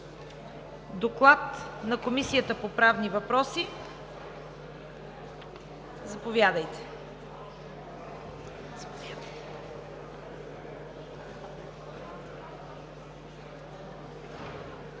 Доклад на Комисията по правни въпроси. Заповядайте.